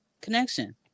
connection